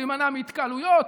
להימנע מהתקהלויות,